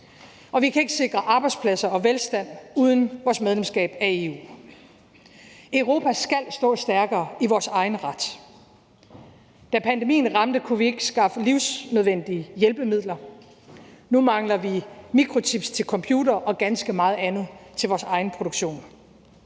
og vi kan ikke sikre arbejdspladser og velstand uden vores medlemskab af EU. Europa skal stå stærkere i sin egen ret. Da pandemien ramte, kunne vi ikke skaffe livsnødvendige hjælpemidler. Nu mangler vi mikrochips til computere og ganske meget andet til vores egen produktion.